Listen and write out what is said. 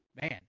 man